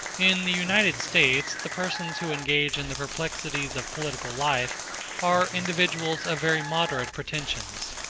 in the united states the persons who engage in the perplexities of political life are individuals of very moderate pretensions.